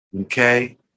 okay